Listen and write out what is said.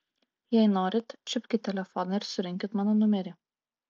jei norit čiupkit telefoną ir surinkit mano numerį